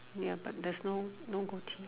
ya but there's no no goatee